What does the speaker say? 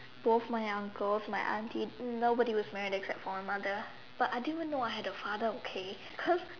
both my uncles my aunties nobody was married except for my mother but I didn't even know I had a father okay cause